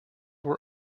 were